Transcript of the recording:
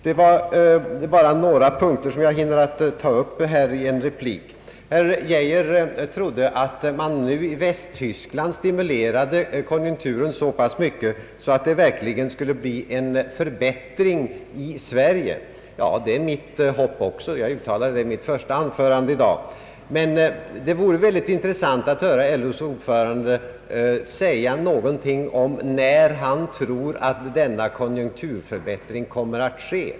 Det är bara några punkter som jag hinner ta upp i en replik. Herr Geijer trodde att man nu i Västtyskland stimulerade konjunkturen så pass mycket att det verkligen skulle bli en förbättring i Sverige. Ja, det är också min förhoppning, och jag uttalade det i mitt första anförande i dag, men det vore mycket intressant att höra LO:s ordförande säga någonting om när han tror att denna konjunkturförbättring kommer att ske.